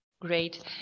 great